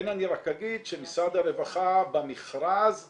כן אני רק אגיד שמשרד הרווחה במכרז הכיר,